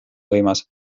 võimas